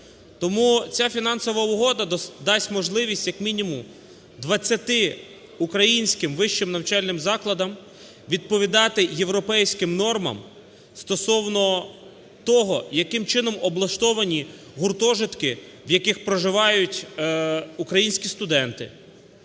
Тому ця фінансова угода дасть можливість як мінімум 20 українським вищим навчальним закладам відповідати європейським нормам стосовно того, яким чином облаштовані гуртожитки, в яких проживають українські студенти,